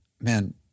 man